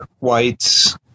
whites